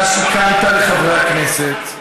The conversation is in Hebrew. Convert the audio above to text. אתה שיקרת לחברי הכנסת.